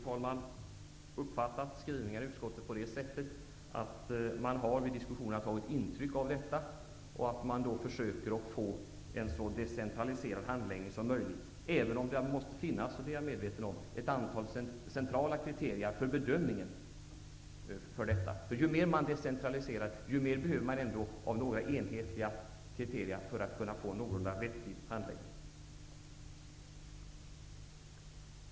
Jag har uppfattat utskottets skrivning så, att man i diskussionerna har tagit intryck av detta och att man försöker att få en så decentraliserad handläggning som möjligt, även om det måste finnas -- det är jag medveten om -- ett antal centrala kriterier när det gäller bedömningen. Ju mer man decentraliserar, desto enhetligare kriterier behövs det för att det skall bli en någorlunda vettig handläggning.